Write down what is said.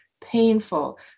painful